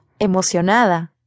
emocionada